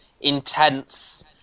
intense